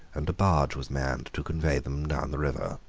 and a barge was manned to convey them down the river.